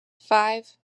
five